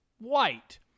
white